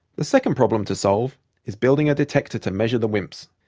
the second problem to solve is building a detector to measure the wimps.